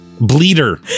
Bleeder